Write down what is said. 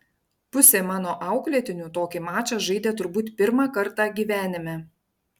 pusė mano auklėtinių tokį mačą žaidė turbūt pirmą kartą gyvenime